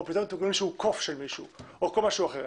אם פתאום אתם רואים שהוא קוף של מישהו או משהו אחר,